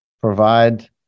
provide